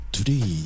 Today